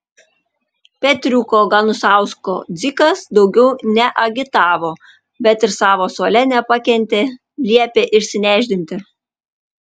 petriuko ganusausko dzikas daugiau neagitavo bet ir savo suole nepakentė liepė išsinešdinti